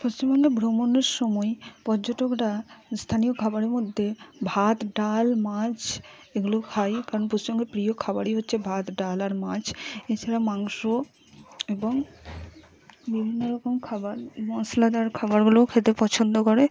পশ্চিমবঙ্গে ভ্রমণের সময় পর্যটকরা স্থানীয় খাবারের মধ্যে ভাত ডাল মাছ এগুলো খায় কারণ পশ্চিমবঙ্গের প্রিয় খাবারই হচ্ছে ভাত ডাল আর মাছ এছাড়া মাংস এবং বিভিন্ন রকম খাবার মশলাদার খাবারগুলোও খেতে পছন্দ করে